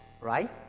right